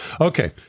Okay